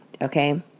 Okay